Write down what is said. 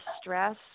stress